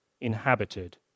inhabited